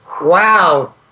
Wow